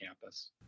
campus